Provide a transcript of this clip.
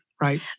right